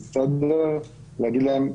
להגיד להן: